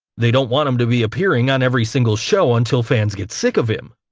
they don't want him to be appearing on every single show until fans get sick of him.